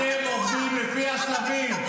אתם עובדים לפי השלבים.